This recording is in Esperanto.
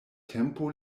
tempo